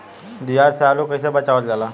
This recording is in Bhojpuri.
दियार से आलू के कइसे बचावल जाला?